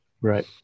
Right